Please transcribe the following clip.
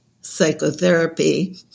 psychotherapy